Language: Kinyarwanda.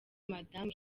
madamu